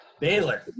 Baylor